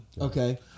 Okay